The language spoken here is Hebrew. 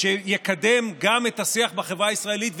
והוא יקדם גם את השיח בחברה הישראלית.